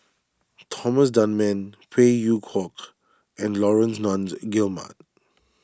Thomas Dunman Phey Yew Kok and Laurence Nunns Guillemard